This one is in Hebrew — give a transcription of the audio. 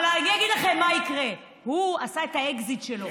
אבל אני אגיד לכם מה יקרה: הוא עשה את האקזיט שלו,